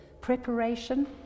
Preparation